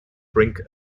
brink